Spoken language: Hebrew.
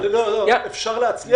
אפשר להצליח.